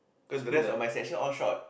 cause the rest of my section all short